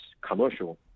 commercial